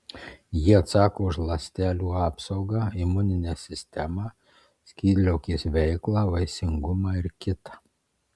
jie atsako už ląstelių apsaugą imuninę sistemą skydliaukės veiklą vaisingumą ir kita